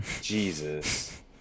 Jesus